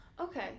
Okay